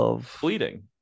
fleeting